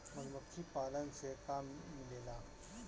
मधुमखी पालन से का मिलेला?